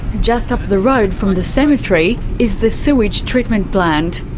just up the road from the cemetery is the sewage treatment plant.